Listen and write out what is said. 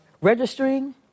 registering